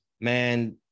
man